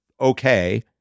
Okay